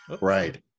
Right